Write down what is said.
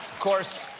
course,